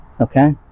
Okay